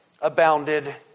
abounded